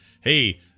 Hey